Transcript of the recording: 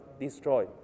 destroy